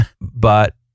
but-